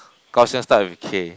Kaohsiung start with K